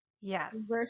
Yes